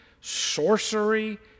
sorcery